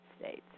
States